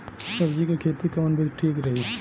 सब्जी क खेती कऊन विधि ठीक रही?